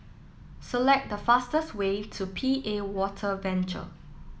select the fastest way to P A Water Venture